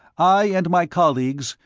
i and my colleagues,